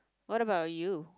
what about you